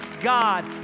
God